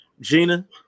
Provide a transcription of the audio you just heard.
Gina